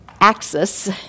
axis